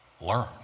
learn